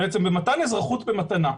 בעצם במתן אזרחות במתנה.